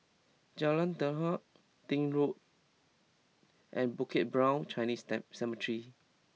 Jalan Daud Deal Road and Bukit Brown Chinese steam Cemetery